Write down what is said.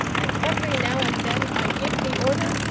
and every now and then i give the order,